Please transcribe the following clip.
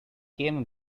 came